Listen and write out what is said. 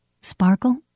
sparkle